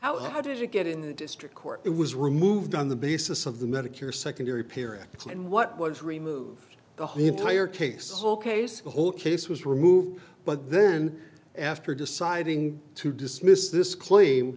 how did it get in the district court it was removed on the basis of the medicare secondary period and what was removed the entire case whole case the whole case was removed but then after deciding to dismiss this claim